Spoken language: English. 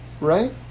right